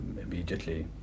immediately